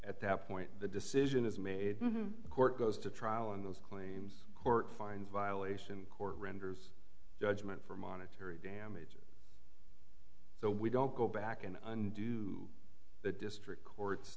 at that point the decision is made the court goes to trial in those claims court fines violation court renders judgment for monetary damages so we don't go back and undo the district court's